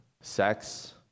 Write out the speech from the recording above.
sex